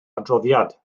adroddiad